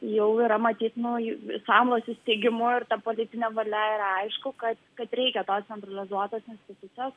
jau yra matyt nauji išsamūs įsteigimu ir ta politine valia ir aišku kad kad reikia tos centralizuotos institucijos